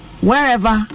wherever